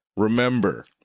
Remember